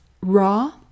raw